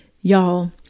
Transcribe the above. Y'all